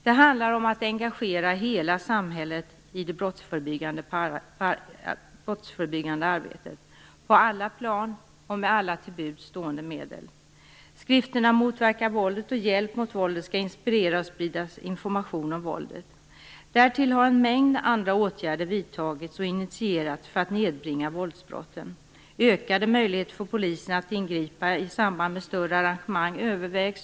Det handlar om att engagera hela samhället i det brottsförebyggande arbetet, på alla plan och med alla till buds stående medel. Skrifterna Motverka våldet och Hjälp mot våldet skall inspirera och sprida information om våldet. Därtill har en mängd andra åtgärder vidtagits och initierats för att nedbringa våldsbrotten. Ökade möjligheter för polisen att ingripa i samband med större arrangemang övervägs.